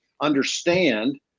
understand